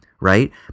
right